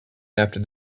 after